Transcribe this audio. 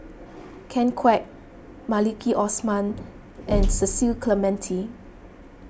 Ken Kwek Maliki Osman and Cecil Clementi